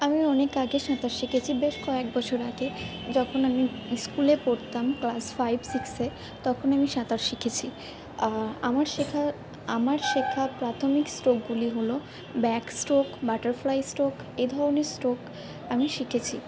আমি অনেক আগে সাঁতার শিখেছি বেশ কয়েক বছর আগে যখন আমি ইস্কুলে পড়তাম ক্লাস ফাইভ সিক্সে তখন আমি সাঁতার শিখেছি আমার শেখার আমার শেখা প্রাথমিক স্ট্রোকগুলি হল ব্যাকস্ট্রোক বাটারফ্লাই স্ট্রোক এই ধরনের স্ট্রোক আমি শিখেছি